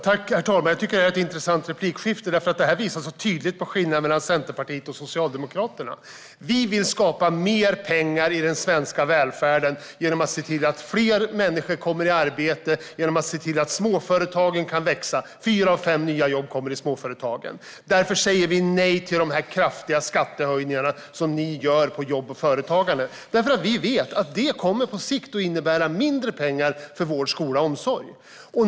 Herr talman! Jag tycker att det här är ett intressant replikskifte som tydligt visar skillnaden mellan Centerpartiet och Socialdemokraterna. Vi vill skapa mer pengar i den svenska välfärden genom att se till att fler människor kommer i arbete och att småföretagen kan växa. Fyra av fem nya jobb kommer i småföretagen. Därför säger vi nej till de kraftiga skattehöjningar som ni gör på jobb och företagande. Vi vet att det på sikt kommer att innebära mindre pengar för vård, skola och omsorg.